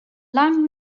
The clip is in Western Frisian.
lang